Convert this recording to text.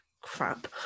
crap